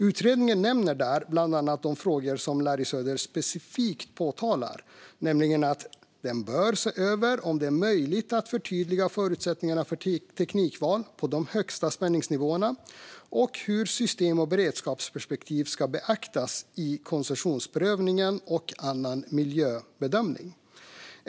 Utredningen nämner där bland annat de frågor som Larry Söder specifikt påtalar, nämligen att den bör se över om det är möjligt att förtydliga förutsättningarna för teknikval på de högsta spänningsnivåerna och hur system och beredskapsperspektiv ska beaktas i koncessionsprövningen och annan miljöbedömning.